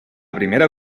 primera